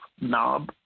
knob